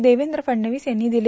देवेंद्र फडणवीस यांनी दिले